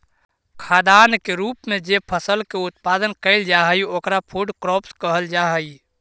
खाद्यान्न के रूप में जे फसल के उत्पादन कैइल जा हई ओकरा फूड क्रॉप्स कहल जा हई